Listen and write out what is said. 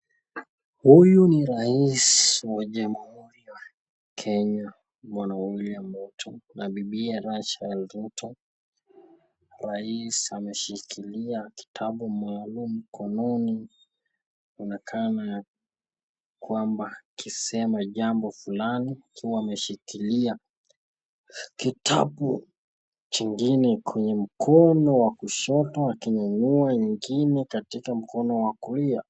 Huyu ni rais wa jamhuri wa Kenya bwana William Ruto na bibiye Rachael Ruto ,rais ameshikilia kitabu maalum mkononi anaonekana kwamba akisema jambo fulani akiwa ameshikilia kitabu kingine kwenye mkono wa kushoto akinyanyua ingine katika mkono wa kulia.